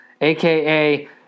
aka